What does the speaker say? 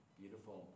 beautiful